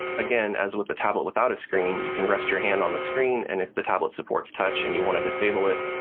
again, as with the tablet without a screen, you can rest your hand on the screen and if the tablet supports touch and you want to disable it,